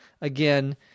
again